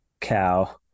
cow